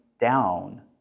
down